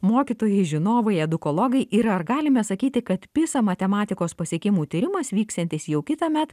mokytojai žinovai edukologai ir ar galime sakyti kad pisa matematikos pasiekimų tyrimas vyksiantis jau kitąmet